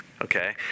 okay